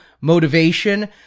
motivation